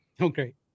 Okay